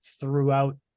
throughout